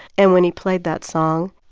and when he played that song,